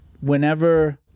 whenever